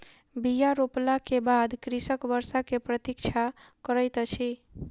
बीया रोपला के बाद कृषक वर्षा के प्रतीक्षा करैत अछि